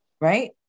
Right